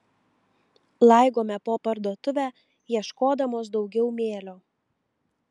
laigome po parduotuvę ieškodamos daugiau mėlio